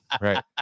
Right